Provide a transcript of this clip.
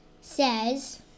says